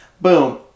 boom